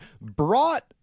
brought